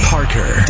Parker